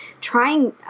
trying